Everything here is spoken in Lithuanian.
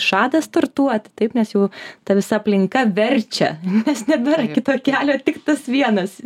žada startuoti taip nes jau ta visa aplinka verčia nes nebėra kito kelio tik tas vienas